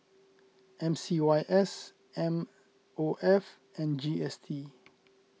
M C Y S M O F and G S T